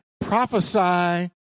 Prophesy